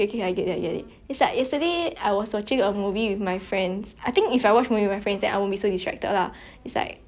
it's like cause I have friends overseas what then we will just meet up to watch online to watch movies together it's a thing that we have then